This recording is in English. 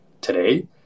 today